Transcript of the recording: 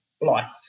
life